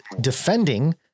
defending